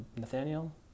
Nathaniel